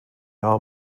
all